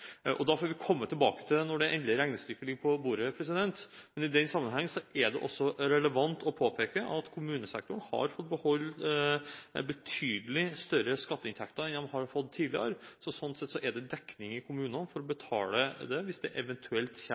februar. Da får vi komme tilbake til det – når det endelige regnestykket ligger på bordet. Men i den sammenheng er det også relevant å påpeke at kommunesektoren har fått beholde betydelige større skatteinntekter enn de har fått tidligere, så sånn sett er det dekning i kommunene for å betale det, hvis det eventuelt